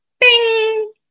Bing